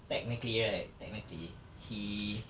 technically right technically he